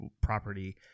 property